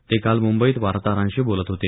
ते काल मुंबईत वार्ताहरांशी बोलत होते